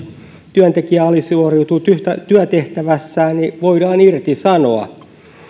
työntekijä alisuoriutuu työtehtävässään voidaan irtisanoa